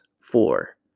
four